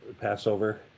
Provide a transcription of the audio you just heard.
Passover